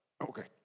okay